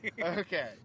Okay